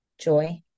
joy